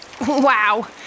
Wow